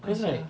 why sia